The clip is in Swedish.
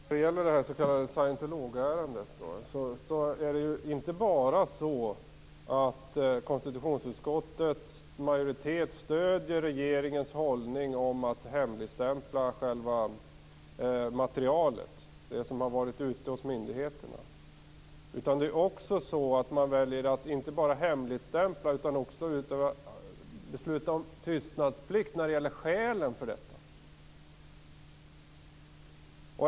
Herr talman! När det gäller det här s.k. scientologiärendet är det ju inte bara så att konstitutionsutskottets majoritet stöder regeringens hållning om att hemligstämpla själva materialet, det som har varit ute hos myndigheterna. Man väljer inte bara att hemligstämpla, utan man beslutar också om tystnadsplikt när det gäller skälen för detta.